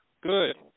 good